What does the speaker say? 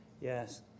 yes